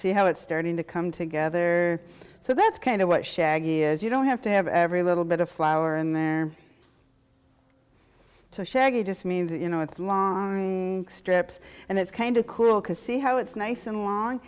see how it's starting to come together so that's kind of what shaggy is you don't have to have every little bit of flower in there to shag it just means you know it's long strips and it's kind of cool to see how it's nice and long